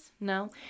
No